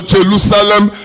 Jerusalem